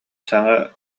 саҥа